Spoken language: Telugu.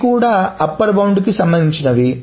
ఇవి కూడా అప్పర్ బౌండ్ సంబంధించినవి